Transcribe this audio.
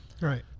Right